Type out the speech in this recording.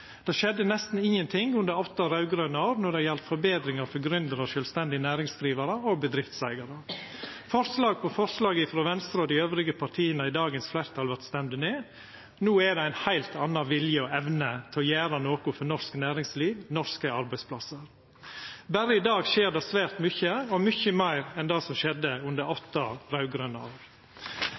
Det skjedde nesten ingenting under åtte raud-grøne år når det gjaldt betringar for gründarar, sjølvstendig næringsdrivande og bedriftseigarar. Forslag på forslag frå Venstre og dei andre partia som utgjer dagens fleirtal, vart stemde ned. No er det ein heilt annan vilje og ei anna evne til å gjera noko for norsk næringsliv og norske arbeidsplassar. Berre i dag skjer det svært mykje – og mykje meir enn det som skjedde under åtte